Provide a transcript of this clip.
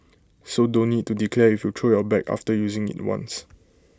so don't need to declare if you throw your bag after using IT once